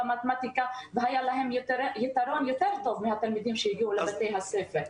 במתמטיקה והיה להם יתרון על התלמידים שהגיעו לבתי הספר.